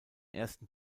ersten